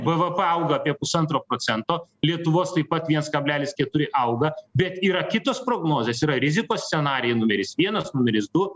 bvp auga apie pusantro procento lietuvos taip pat viens kablelis auga bet yra kitos prognozės yra rizikos scenarijai numeris vienas numeris du